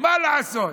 מה לעשות.